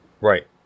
Right